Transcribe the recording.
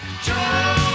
Joe